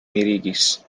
mirigis